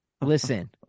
listen